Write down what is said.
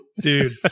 dude